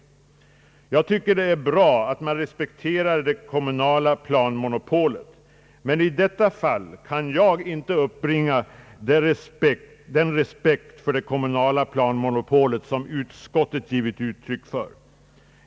Jag tycker att det är bra att man respekterar det kommunala planmonopolet, men jag kan i detta fall inte uppbringa den respekt för det kommunala planmonopolet som utskottet givit uttryck för.